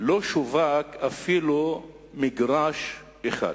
לא שווק אפילו מגרש אחד.